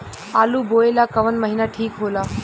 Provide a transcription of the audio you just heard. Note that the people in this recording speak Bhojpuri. आलू बोए ला कवन महीना ठीक हो ला?